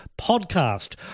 podcast